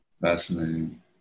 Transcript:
Fascinating